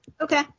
Okay